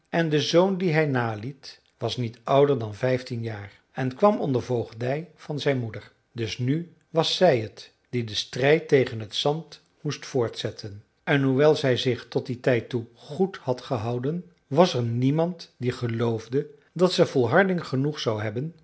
en de zoon dien hij naliet was niet ouder dan vijftien jaar en kwam onder voogdij van zijn moeder dus nu was zij het die den strijd tegen het zand moest voortzetten en hoewel zij zich tot dien tijd toe goed had gehouden was er niemand die geloofde dat ze volharding genoeg zou hebben